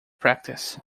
practice